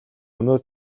өнөө